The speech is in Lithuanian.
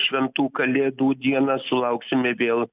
šventų kalėdų dieną sulauksime vėl